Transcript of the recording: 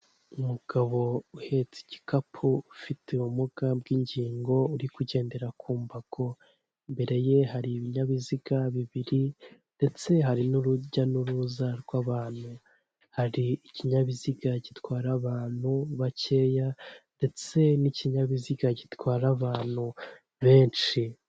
Umugabo uhetse igikapu ufite ubumuga bw'ingingo uri kugendera ku mbago, imbere ye hari ibinyabiziga bibiri, ndetse hari n'urujya n'uruza rw'abantu, hari ikinyabiziga gitwara abantu bakeya ndetse n'ikinyabiziga gitwara abantu benshi.